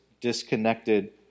disconnected